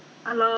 hello